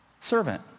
servant